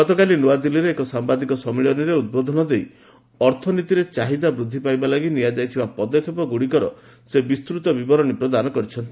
ଗତକାଲି ନୂଆଦିଲ୍ଲୀରେ ଏକ ସାମ୍ବାଦିକ ସମ୍ମିଳନୀରେ ଉଦ୍ବୋଧନ ଦେଇ ଅର୍ଥନୀତିରେ ଚାହିଦା ବୃଦ୍ଧି ପାଇବା ଲାଗି ନିଆଯାଇଥିବା ପଦକ୍ଷେପଗୁଡ଼ିକର ସେ ବିସ୍ତୃତ ବିବରଣୀ ପ୍ରଦାନ କରିଛନ୍ତି